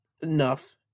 enough